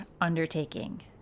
undertaking